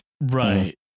right